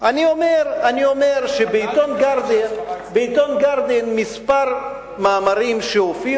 אני אומר שבעיתון "Guardian" הופיעו כמה מאמרים,